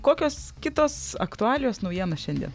kokios kitos aktualijos naujienos šiandien